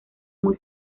muy